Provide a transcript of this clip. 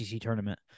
tournament